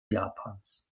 japans